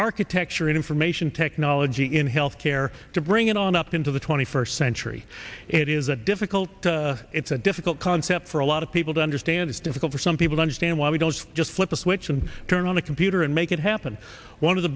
architecture information technology in health care to bring it on up into the twenty first century it is a difficult it's a difficult concept for a lot of people to understand it's difficult for some people to understand why we don't just flip a switch and turn on the computer and make it happen one of the